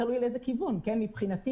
מבחינתי,